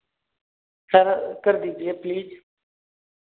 sir कर दीजिए please